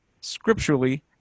scripturally